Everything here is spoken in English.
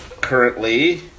currently